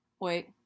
wait